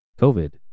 COVID